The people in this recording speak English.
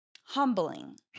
humbling